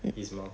its mouth